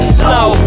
slow